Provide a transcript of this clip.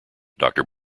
doctor